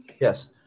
Yes